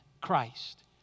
Christ